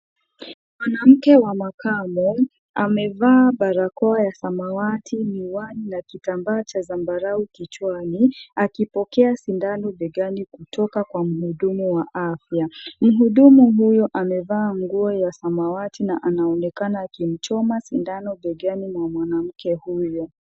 Mwanamke wa makamo, amevaa barakoa ya samawati, miwani na kitambaa cha zambarau kichwani, akipokea sindano begani kutoka kwa mhudumu wa afya. Mhudumu huyo amevaa nguo ya samawati na anaonekana akimchoma sindano begani mwa mwanamke huyo.